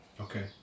okay